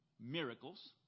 miracles